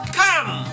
come